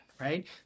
right